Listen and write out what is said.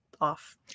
off